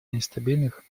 нестабильных